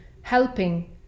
helping